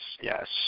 yes